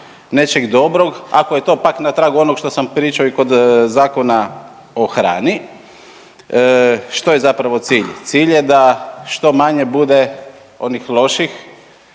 nečeg dobrog. Ako je to pak na tragu onog što sam pričao i kod Zakona o hrani što je zapravo cilj? Cilj je da što manje bude onih loših